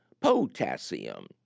Potassium